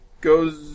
Goes